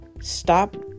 stop